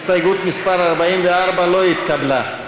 הסתייגות מס' 44 לא התקבלה.